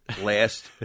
last